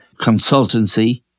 consultancy